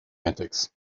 antics